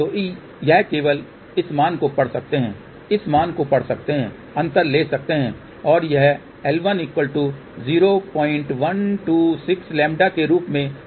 तो यह आप केवल इस मान को पढ़ सकते हैं इस मान को पढ़ सकते हैं अंतर ले सकते हैं और यह L101126λ के रूप में सामने आता है